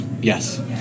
Yes